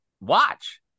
watch